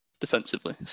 defensively